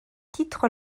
titre